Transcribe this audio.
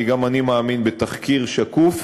כי גם אני מאמין בתחקיר שקוף